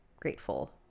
grateful